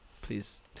please